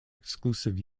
exclusive